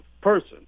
person